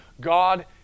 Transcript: God